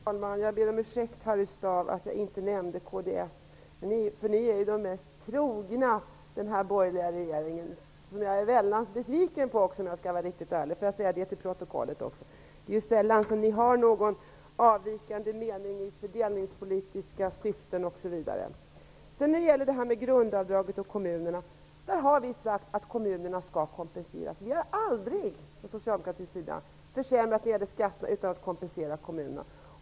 Herr talman! Jag ber om ursäkt, Harry Staaf, för att jag inte nämnde kds. Kds är ju mycket troget den borgerliga regeringen som jag är mycket besviken på, om jag skall vara riktigt ärlig. Då fick jag också med det i protokollet. Det är sällan kds har en avvikande mening i fördelningspolitiska syften osv. När det gäller grundavdraget och kommunerna har vi sagt att kommunerna skall kompenseras. Socialdemokraterna har aldrig gjort försämringar när det gäller skatterna utan att kompensera kommunerna.